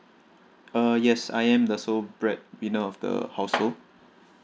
uh yes I am the sole bread winner of the household